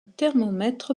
thermomètre